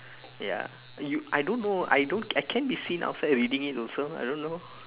ya you I don't know I don't I can be seen outside reading it also I don't know